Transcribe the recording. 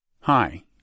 Hi